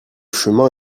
chemin